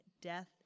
death